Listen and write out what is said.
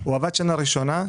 הוא עבד שנה ראשונה,